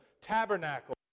tabernacle